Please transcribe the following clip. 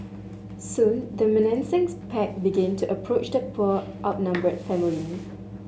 soon the menacing's pack begin to approach the poor outnumbered family